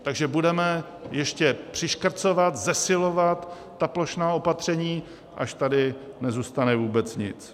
Takže budeme ještě přiškrcovat, zesilovat ta plošná opatření, až tady nezůstane vůbec nic.